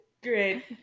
Great